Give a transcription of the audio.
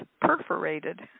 perforated